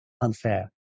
unfair